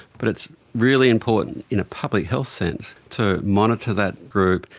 but it's really important in a public health sense to monitor that group,